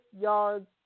yards